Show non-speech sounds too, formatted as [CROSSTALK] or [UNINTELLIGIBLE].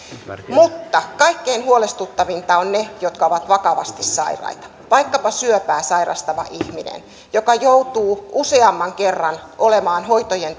mutta kaikkein huolestuttavinta on ne jotka ovat vakavasti sairaita vaikkapa syöpää sairastava ihminen joka joutuu useamman kerran olemaan hoitojen [UNINTELLIGIBLE]